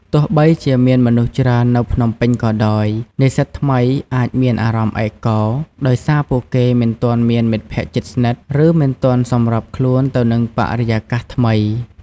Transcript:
ទោះបីជាមានមនុស្សច្រើននៅភ្នំពេញក៏ដោយ និស្សិតថ្មីអាចមានអារម្មណ៍ឯកោ ដោយសារពួកគេមិនទាន់មានមិត្តភក្តិជិតស្និទ្ធ ឬមិនទាន់សម្របខ្លួនទៅនឹងបរិយាកាសថ្មី។